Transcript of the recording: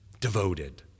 devoted